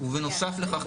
בנוסף לכך,